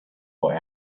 boy